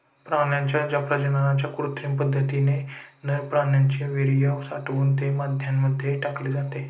प्राण्यांच्या प्रजननाच्या कृत्रिम पद्धतीने नर प्राण्याचे वीर्य साठवून ते माद्यांमध्ये टाकले जाते